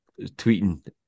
tweeting